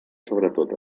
sobretot